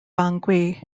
bangui